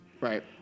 Right